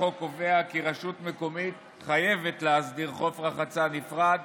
החוק קובע כי רשות מקומית חייבת להסדיר חוף רחצה נפרד